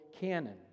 canon